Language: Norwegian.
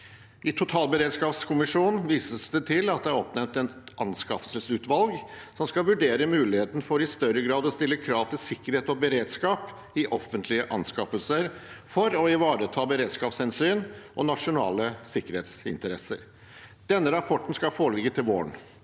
I totalberedskapskommisjonen vises det til at det er oppnevnt et anskaffelsesutvalg. Man skal vurdere muligheten for i større grad å stille krav til sikkerhet og beredskap i offentlige anskaffelser for å ivareta beredskapshensyn og nasjonale sikkerhetsinteresser. Denne rapporten skal foreligge til våren,